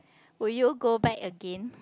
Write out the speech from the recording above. will you go back again